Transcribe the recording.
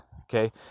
okay